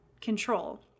control